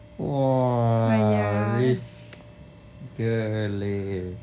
!wah! rich girl leh 富婆